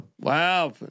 Wow